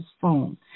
phone